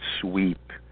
sweep